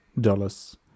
dollars